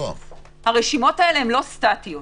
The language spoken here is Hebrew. הרשימות הללו אינן סטטיות.